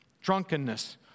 drunkenness